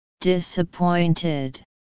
Disappointed